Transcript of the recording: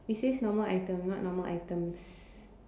it says normal item not normal items